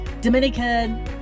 Dominican